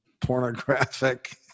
pornographic